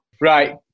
Right